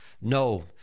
no